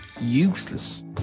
useless